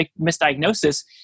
misdiagnosis